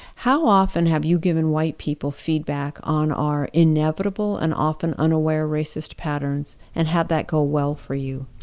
how often have you given white people feedback on our inevitable and often unaware racist patterns and had that go well for you?